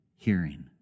Hearing